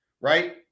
right